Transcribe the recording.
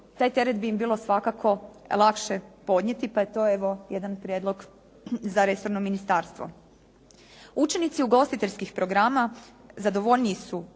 taj teret bi im bilo svakako lakše podnijeti, pa je to evo jedan prijedlog za resorno ministarstvo. Učenici ugostiteljskih programa zadovoljniji su